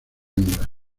hembras